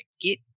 Get